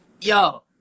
yo